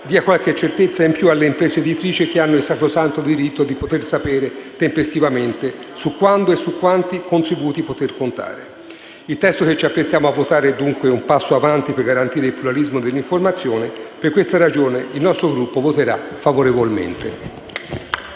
dia qualche certezza in più alle imprese editrici, che hanno il sacrosanto diritto di poter sapere tempestivamente su quando e su quanti contributi poter contare. Il testo che ci apprestiamo a votare dunque è un passo in avanti per garantire il pluralismo dell'informazione. Per questa ragione, il nostro Gruppo voterà favorevolmente.